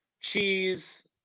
cheese